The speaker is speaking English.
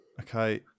okay